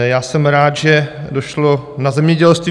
Já jsem rád, že došlo na zemědělství.